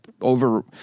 over